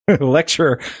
lecture